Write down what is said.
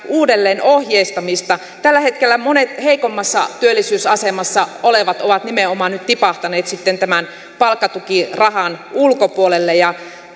uudelleen ohjeistamista tällä hetkellä monet heikommassa työllisyysasemassa olevat ovat nimenomaan nyt tipahtaneet tämän palkkatukirahan ulkopuolelle ja